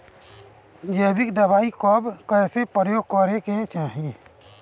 जैविक दवाई कब कैसे प्रयोग करे के चाही?